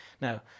Now